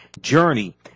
journey